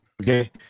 okay